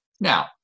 Now